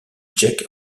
tchèque